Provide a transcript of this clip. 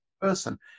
Person